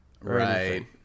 right